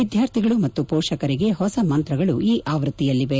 ವಿದ್ಯಾರ್ಥಿಗಳು ಮತ್ತು ಪೋಷಕರಿಗೆ ಹೊಸ ಮಂತ್ರಗಳು ಈ ಆವೃತ್ತಿಯಲ್ಲಿವೆ